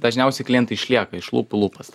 dažniausiai klientai išlieka iš lūpų į lūpas